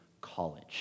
college